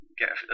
get